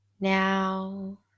Now